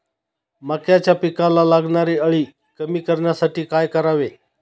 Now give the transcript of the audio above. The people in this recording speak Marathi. मक्याच्या पिकाला लागणारी अळी कमी करण्यासाठी काय करावे?